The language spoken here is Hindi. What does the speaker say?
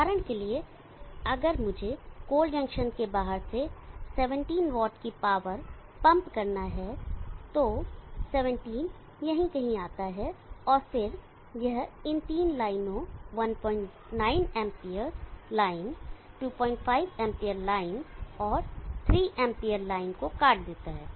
उदाहरण के लिए लें अगर मुझे कोल्ड जंक्शन के बाहर से 17 वाट की पावर पंप करना है तो 17 यहां कहीं आता है और फिर यह इन तीन लाइनों 19 Amp लाइन 25 Amp लाइन और 3 Amp लाइन को काट देता है